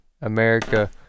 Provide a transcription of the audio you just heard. America